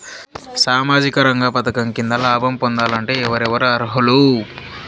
సామాజిక రంగ పథకం కింద లాభం పొందాలంటే ఎవరెవరు అర్హులు?